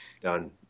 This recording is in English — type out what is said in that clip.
done